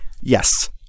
yes